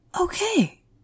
Okay